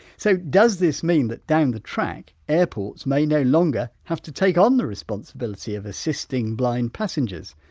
so, does this mean that down the track airports may no longer have to take on the responsibility of assisting blind passengers?